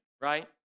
right